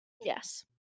Yes